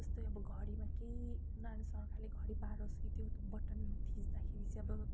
जस्तै अब घडीमा केही सरकारले घडी बाँडोस् त्यो चाहिँ बटन थिच्दाखेरि चाहिँ अब